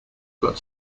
got